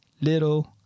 little